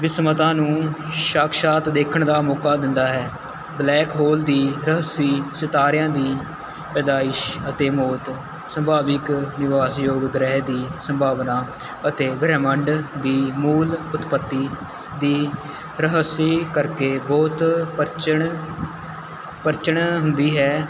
ਬਿਸਮਤਾਂ ਨੂੰ ਸ਼ਾਕਸ਼ਾਤ ਦੇਖਣ ਦਾ ਮੌਕਾ ਦਿੰਦਾ ਹੈ ਬਲੈਕ ਹੌਲ ਦੀ ਰਹੱਸ ਸਿਤਾਰਿਆਂ ਦੀ ਪੈਦਾਇਸ਼ ਅਤੇ ਮੌਤ ਸੰਭਾਵਿਕ ਨਿਵਾਸਯੋਗ ਗ੍ਰਹਿ ਦੀ ਸੰਭਾਵਨਾ ਅਤੇ ਬ੍ਰਹਿਮੰਡ ਦੀ ਮੂਲ ਉੱਤਪੱਤੀ ਦੀ ਰਹੱਸ ਕਰਕੇ ਬਹੁਤ ਪਰਚਣਾ ਪਰਚਣਾ ਹੁੰਦੀ ਹੈ